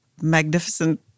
magnificent